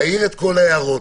להעיר את כל ההערות,